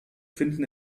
finden